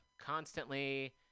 Constantly